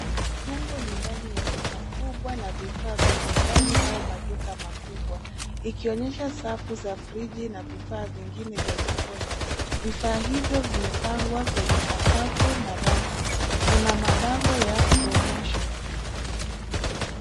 Humu ni ndani ya duka kubwa la vifaa vya nyumbani au maduka makubwa ikionyesha safu za friji na vifaa vingine vya jikoni, vifaa hivyo vimepangwa kwenye sakafu na rafu. Kuna mabango ya promotion (cs).